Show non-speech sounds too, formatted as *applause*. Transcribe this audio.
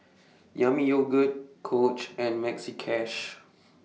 Yami Yogurt Coach and Maxi Cash *noise*